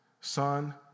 Son